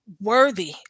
worthy